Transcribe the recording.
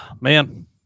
man